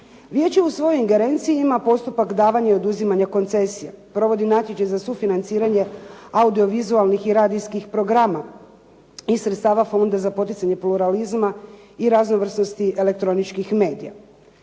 Vijeće u svojoj ingerenciji ima postupak davanja i oduzimanja koncesija, provodi natječaj za sufinanciranje audio-vizualnih i radijskih programa iz sredstava Fonda za poticanje pluralizma i raznovrsnosti elektroničkih medija.